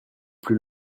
plus